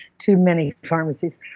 too many pharmacies.